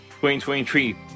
2023